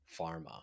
pharma